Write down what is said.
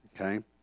okay